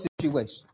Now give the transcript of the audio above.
situation